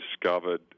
discovered